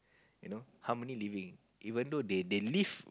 you know harmony living even though they they they live